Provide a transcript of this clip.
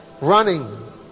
Running